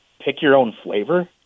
pick-your-own-flavor